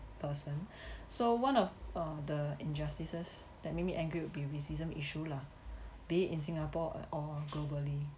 person so one of uh the injustices that make me angry would be racism issue lah be it in singapore or globally